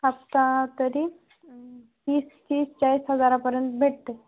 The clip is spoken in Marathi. हप्ता तरी तीस तीस चाळीस हजारापर्यंत भेटते